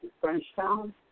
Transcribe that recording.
Frenchtown